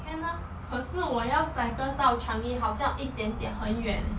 can ah 可是我要 cycle 到 changi 好像一点点很远 leh